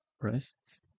breasts